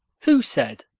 who said?